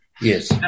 Yes